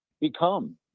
become